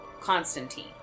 Constantine